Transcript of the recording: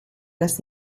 las